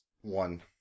One